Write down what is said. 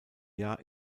jahr